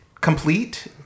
complete